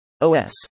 OS